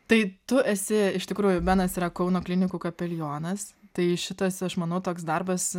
tai tu esi iš tikrųjų benas yra kauno klinikų kapelionas tai šitas aš manau toks darbas